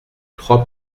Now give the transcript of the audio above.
trois